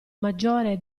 maggiore